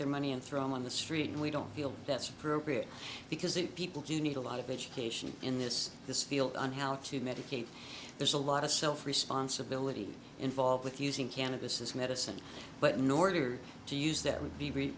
their money and throw them on the street and we don't feel that's appropriate because the people do need a lot of education in this this field on how to medicate there's a lot of self responsibility involved with using cannabis as medicine but nord or to use that would be